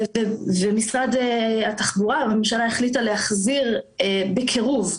ומשרד התחבורה והממשלה החליטו להחזיר, בקירוב,